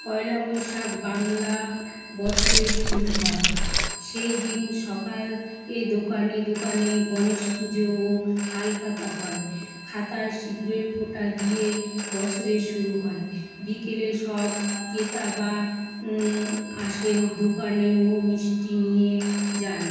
পয়লা বৈশাখ বাংলা বছরের শুরু হয় সেই দিন সকালে দোকানে দোকানে গণেশ পুজো ও হালখাতা হয় খাতায় সিঁদুরের ফোঁটা দিয়ে বছরের শুরু হয় বিকেলে সব ক্রেতা বা আসেন দোকানে ও মিষ্টি নিয়ে যান